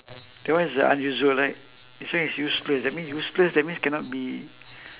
that one is a unusual right this one is useless that mean useless that means cannot be